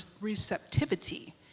receptivity